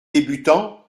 débutants